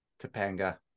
Topanga